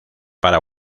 para